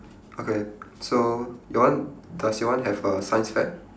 okay so your one does your one have a science fair